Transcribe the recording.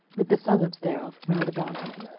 with the suburbs thereof round about it.